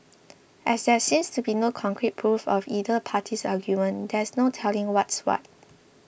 as there seems to be no concrete proof of either party's argument there's no telling what's what